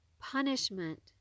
punishment